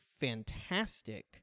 fantastic